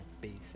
basic